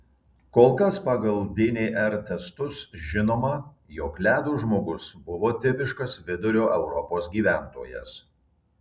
kol kas pagal dnr testus žinoma jog ledo žmogus buvo tipiškas vidurio europos gyventojas